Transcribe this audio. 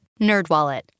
NerdWallet